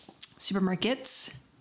Supermarkets